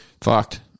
Fucked